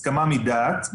הסכמה מדעת,